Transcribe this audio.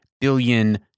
billion